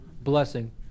blessing